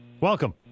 Welcome